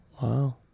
Wow